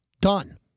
Done